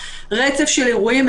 רצף של אירועים,